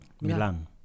Milan